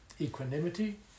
equanimity